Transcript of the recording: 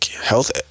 health